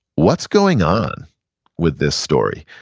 what's going on with this story?